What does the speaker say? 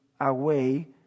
away